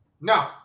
No